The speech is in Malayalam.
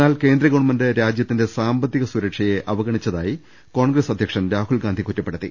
എന്നാൽ കേന്ദ്രഗ വൺമെന്റ് രാജ്യത്തിന്റെ സാമ്പത്തിക സുരക്ഷയെ അവഗണിച്ചതായി കോൺഗ്രസ് അധ്യക്ഷൻ രാഹുൽഗാന്ധി കുറ്റപ്പെടുത്തി